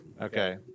Okay